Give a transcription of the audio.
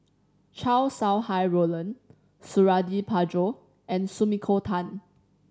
Chow Sau Hai Roland Suradi Parjo and Sumiko Tan